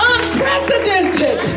Unprecedented